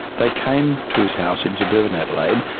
they came to his house in suburban adelaide,